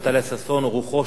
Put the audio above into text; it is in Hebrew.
על פקידים בכירים,